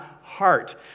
heart